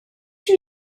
you